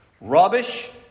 Rubbish